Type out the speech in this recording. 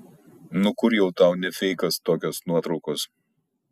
nu kur jau tau ne feikas tokios nuotraukos